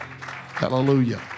Hallelujah